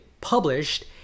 published